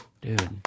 dude